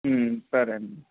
సరే అండి